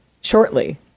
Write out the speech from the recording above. shortly